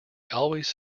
always